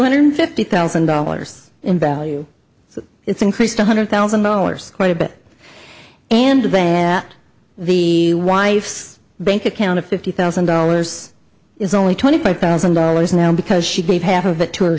hundred fifty thousand dollars in value it's increased one hundred thousand dollars quite a bit and that the wife's bank account of fifty thousand dollars is only twenty five thousand dollars now because she gave half of it to her